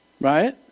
Right